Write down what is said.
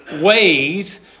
ways